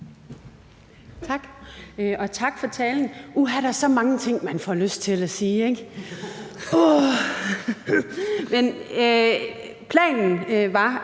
tak for talen. Uha, der er så mange ting, man får lyst til at sige, ikke? Planen var,